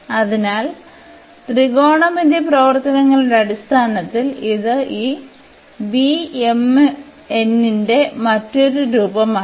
അതിനാൽ ത്രികോണമിതി പ്രവർത്തനങ്ങളുടെ അടിസ്ഥാനത്തിൽ ഇത് ഈ ന്റെ മറ്റൊരു രൂപമാണ്